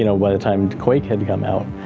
you know, by the time quake had come out.